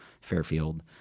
Fairfield